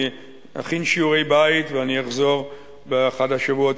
אני אכין שיעורי-בית ואני אחזור באחד השבועות